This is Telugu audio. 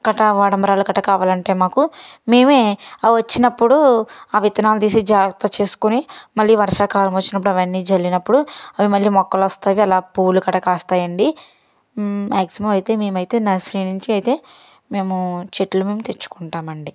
కటా వాడంబరాలు కటా కావాలంటే మాకు మేమే అవి వచ్చినప్పుడు ఆ విత్తనాలు తీసే జాగ్రత్త చేసుకుని మళ్లీ వర్షాకాలం వచ్చినప్పుడు అవి అన్నీ చల్లినప్పుడు అవి మళ్ళీ మొక్కలు వస్తాయి అలా పూలు కట కాస్తాయి అండి మాక్సిమం అయితే మేమైతే నర్సరీ నుంచి అయితే మేము చెట్లు మేము తెచ్చుకుంటాం అండీ